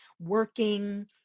working